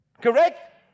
Correct